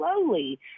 slowly